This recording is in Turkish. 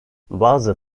bazı